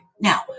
Now